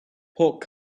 pork